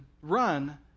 run